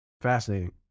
fascinating